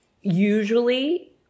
Usually